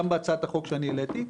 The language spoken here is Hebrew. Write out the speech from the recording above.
גם בהצעת החוק שהעליתי,